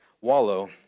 wallow